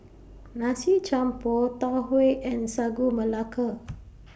Nasi Campur Tau Huay and Sagu Melaka